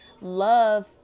love